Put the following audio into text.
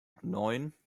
neun